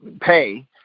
pay